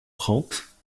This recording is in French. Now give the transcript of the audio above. trente